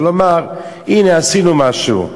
ולומר: הנה עשינו משהו.